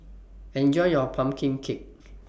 Enjoy your Pumpkin Cake